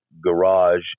garage